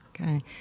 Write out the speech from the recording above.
Okay